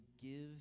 give